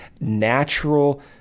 natural